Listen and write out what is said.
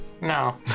No